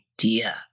idea